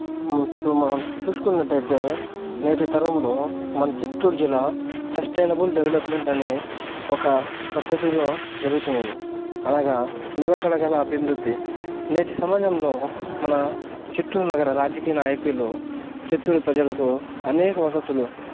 ఇప్పుడు మనం చూసుకున్నట్టయితే నేటి తరంలో మన చిత్తూరు జిల్లా సస్టైన్బుల్ డెవలప్మెంట్ అనే ఒక పద్ధతిలో జరుగుతున్నాయి అలాగా నిలకడగల అభివృద్ధి నేటి సమాజంలో మన చిత్తూరు నగర రాజకీయ నాయకులు చిత్తూరు ప్రజలకు అనేక వసతులు